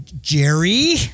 Jerry